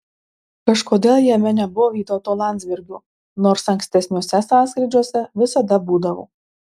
kažkodėl jame nebuvo vytauto landsbergio nors ankstesniuose sąskrydžiuose visada būdavo